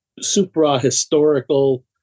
supra-historical